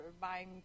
buying